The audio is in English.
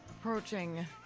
Approaching